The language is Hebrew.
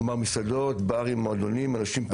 כמו מסעדות, ברים, מועדונים, אנשים פרטיים.